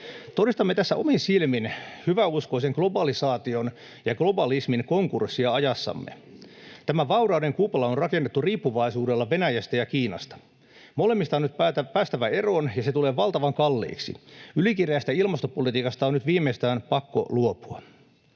Todistamme tässä omin silmin hyväuskoisen globalisaation ja globalismin konkurssia ajassamme. Tämä vaurauden kupla on rakennettu riippuvaisuudella Venäjästä ja Kiinasta. Molemmista on nyt päästävä eroon, ja se tulee valtavan kalliiksi. Ylikireästä ilmastopolitiikasta on nyt viimeistään pakko luopua.